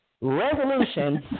resolutions